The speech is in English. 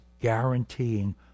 guaranteeing